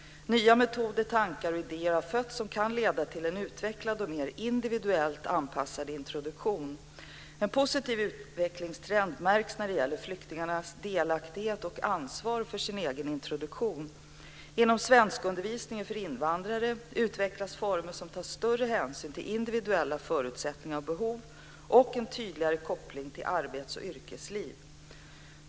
Nya metoder, tankar och idéer har fötts som kan leda till en utvecklad och mer individuellt anpassad introduktion. En positiv utvecklingstrend märks när det gäller flyktingarnas delaktighet och ansvar för sin egen introduktion. Inom svenskundervisningen för invandrare utvecklas former som tar större hänsyn till individuella förutsättningar och behov och som har en tydligare koppling till arbets och yrkesliv.